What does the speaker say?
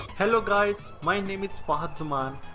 hello guys! my name is fahed zaman,